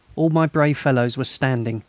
all my brave fellows were standing,